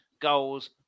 goals